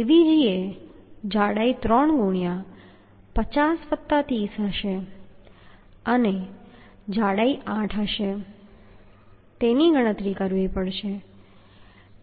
Avg એ જાડાઈ 3 ગુણ્યાં 50 વત્તા 30 હશે અને જાડાઈ 8 હશે તેની ગણતરી કરવી પડશે